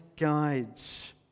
guides